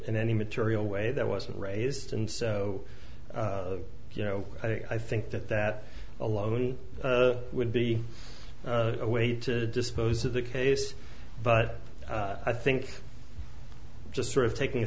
in any material way that wasn't raised and so you know i think that that alone would be a way to dispose of the case but i think just sort of taking a